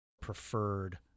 preferred